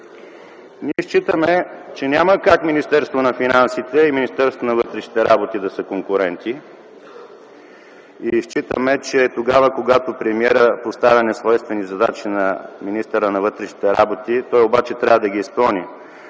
Ние считаме, че няма как Министерството на финансите и Министерството на вътрешните работи да са конкуренти и считаме, че тогава, когато премиерът поставя несвойствени задачи на министъра на вътрешните работи, той обаче трябва да ги изпълни,